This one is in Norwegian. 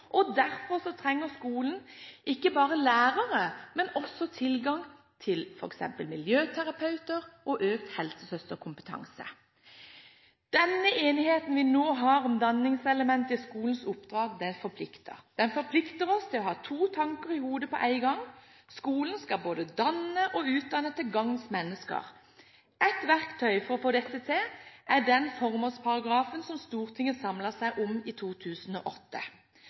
og praktiske læringsformer. Derfor trenger skolen ikke bare lærere, men også tilgang til f.eks. miljøterapeuter og økt helsesøsterkompetanse. Denne enigheten vi nå har om danningselementet i skolens oppdrag, forplikter. Den forplikter oss til å ha to tanker i hodet på en gang. Skolen skal både danne og utdanne til gangs mennesker. Et verktøy for å få dette til er den formålsparagrafen som Stortinget samlet seg om i 2008.